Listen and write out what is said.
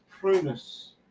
Prunus